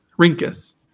Rinkus